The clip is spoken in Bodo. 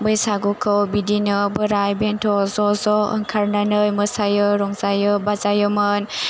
बैसागुखौ बिदिनो बोराइ बेन्थ' ज' ज' ओंखारनानै मोसायो रंजायो बाजायोमोन